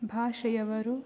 ಭಾಷೆಯವರು